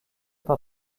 par